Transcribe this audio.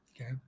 okay